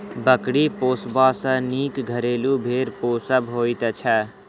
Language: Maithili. बकरी पोसबा सॅ नीक घरेलू भेंड़ पोसब होइत छै